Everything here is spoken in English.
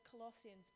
Colossians